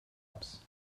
ups